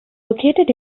located